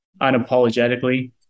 unapologetically